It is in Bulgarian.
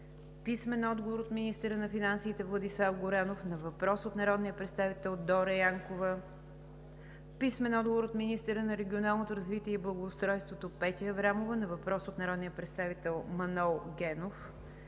Дора Янкова; - министъра на финансите Владислав Горанов на въпрос от народния представител Дора Янкова; - министъра на регионалното развитие и благоустройството Петя Аврамова на въпрос от народния представител Манол Генов;